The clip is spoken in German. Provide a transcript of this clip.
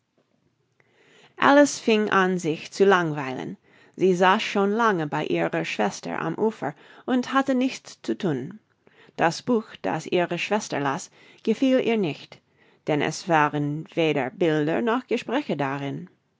alice fing an sich zu langweilen sie saß schon lange bei ihrer schwester am ufer und hatte nichts zu thun das buch das ihre schwester las gefiel ihr nicht denn es waren weder bilder noch gespräche darin